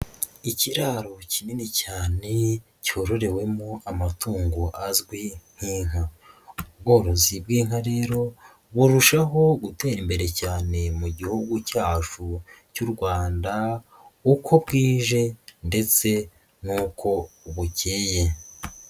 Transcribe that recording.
Ikiraro kinini cyane cyororewemo amatungo azwi nk'inka, ubworozi bw'inka rero burushaho gutera imbere cyane mu gihugu cyacu cy'u Rwanda uko bwije ndetse n'uko bukeye.